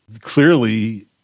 clearly